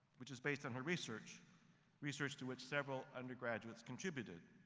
which is based on her research research to which several undergraduates contributed.